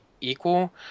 equal